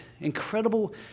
incredible